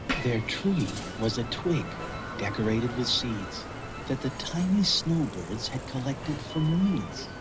their tree was a twig decorated with seeds that the tiny snowbirds had collected from weeds.